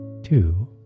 Two